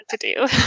to-do